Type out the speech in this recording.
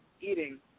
eating